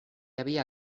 havia